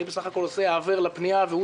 אני בסך הכול עושה "העבר" לפנייה והוא